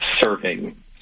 serving